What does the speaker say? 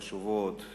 חשובות,